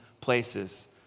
places